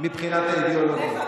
מבחינת האידיאולוגיה.